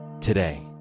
today